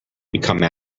become